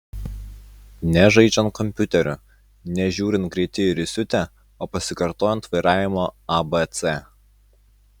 ne žaidžiant kompiuteriu ne žiūrint greiti ir įsiutę o pasikartojant vairavimo abc